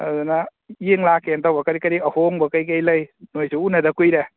ꯑꯗꯨꯅ ꯌꯦꯡ ꯂꯥꯛꯀꯦꯅ ꯇꯧꯕ ꯀꯔꯤ ꯀꯔꯤ ꯑꯍꯣꯡꯕ ꯀꯔꯤ ꯀꯔꯤ ꯂꯩ ꯅꯣꯏꯁꯨ ꯎꯅꯗ ꯀꯨꯏꯔꯦ